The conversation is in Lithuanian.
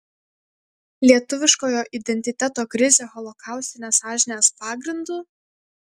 lietuviškojo identiteto krizė holokaustinės sąžinės pagrindu